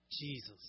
Jesus